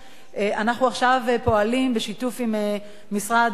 אנחנו עכשיו פועלים בשיתוף עם משרד התחבורה,